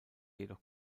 jedoch